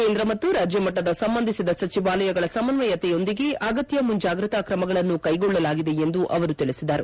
ಕೇಂದ್ರ ಮತ್ತು ರಾಜ್ಯಮಟ್ಟದ ಸಂಬಂಧಿಸಿದ ಸಚಿವಾಲಯಗಳ ಸಮನ್ವಯತೆಯೊಂದಿಗೆ ಅಗತ್ಯ ಮುಂಜಾಗ್ರತಾ ಕ್ರಮಗಳನ್ನು ಕೈಗೊಳ್ಳಲಾಗಿದೆ ಎಂದು ಅವರು ತಿಳಿಸಿದರು